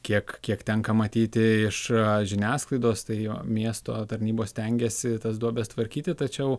kiek kiek tenka matyti iš žiniasklaidos tai jo miesto tarnybos stengiasi tas duobes tvarkyti tačiau